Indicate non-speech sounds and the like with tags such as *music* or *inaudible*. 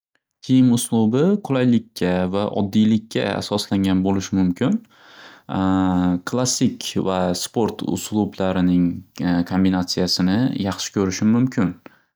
Kiyim uslubi qulaylikka va oddiylikka asoslangan bo'lishi mumkin *hesitation* klassik va sport uslublarining kombinatsiyasini yaxshi ko'rishim mumkin.